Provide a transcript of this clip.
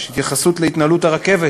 יש התייחסות להתנהלות הרכבת